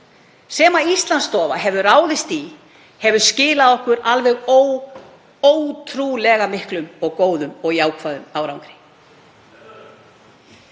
sem Íslandsstofa hefur ráðist í hefur skilað okkur alveg ótrúlega miklum og góðum og jákvæðum árangri.